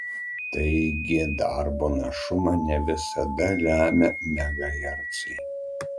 taigi darbo našumą ne visada lemia megahercai